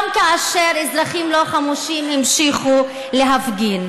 כאשר אזרחים לא חמושים המשיכו להפגין,